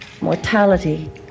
mortality